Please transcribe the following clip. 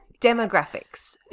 demographics